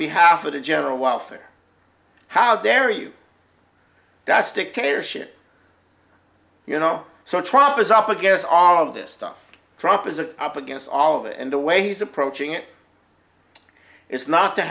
behalf of the general welfare how dare you that's dictatorship you know so trump is up against all of this stuff trump is a cop against all of it and the way he's approaching it is not to